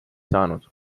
saanud